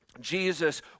Jesus